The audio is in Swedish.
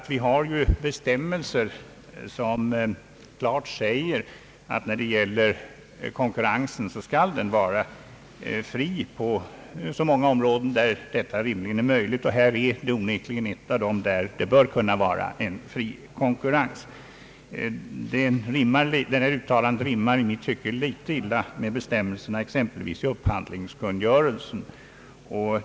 Vi har bestämmelser som klart säger att konkurrensen mellan privat och offentlig verksamhet skall vara fri på alla områden där det rimligtvis är möjligt. Här är, tycker jag, ett av de områden där konkurrensen bör kunna vara fri. Utskottets uttalande rimmar illa med bestämmelserna i exempelvis upphandlingskungörelsen.